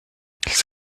ils